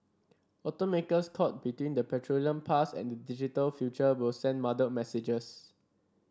automakers caught between the petroleum past and the digital future will send muddled messages